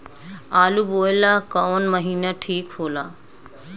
आलू बोए ला कवन महीना ठीक हो ला?